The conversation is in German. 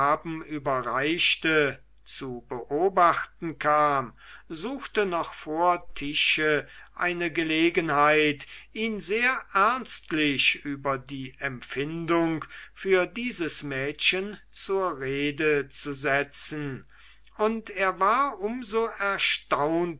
überreichte zu beobachten kam suchte noch vor tische eine gelegenheit ihn sehr ernstlich über die empfindung für dieses mädchen zur rede zu setzen und er war um so